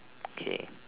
okay